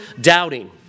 doubting